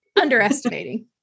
underestimating